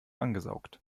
angesaugt